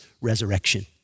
resurrection